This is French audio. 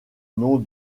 nom